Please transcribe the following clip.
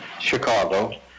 Chicago